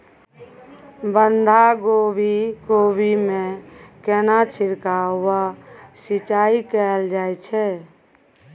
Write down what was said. बंधागोभी कोबी मे केना छिरकाव व सिंचाई कैल जाय छै?